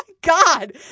God